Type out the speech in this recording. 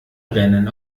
rennen